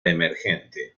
emergente